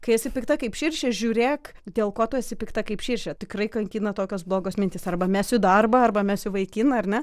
kai esi pikta kaip širšė žiūrėk dėl ko tu esi pikta kaip širšė tikrai kankina tokios blogos mintys arba mesiu į darbą arba mesiu vaikiną ar ne